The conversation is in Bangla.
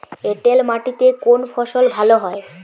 এঁটেল মাটিতে কোন ফসল ভালো হয়?